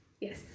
Yes